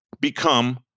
become